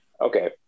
okay